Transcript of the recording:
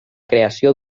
creació